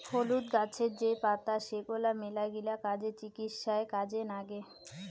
হলুদ গাছের যে পাতা সেগলা মেলাগিলা কাজে, চিকিৎসায় কাজে নাগে